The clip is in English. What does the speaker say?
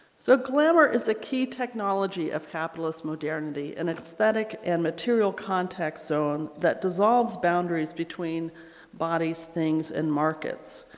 so glamour is a key technology of capitalist modernity an aesthetic and material contact zone that dissolves boundaries between bodies things and markets.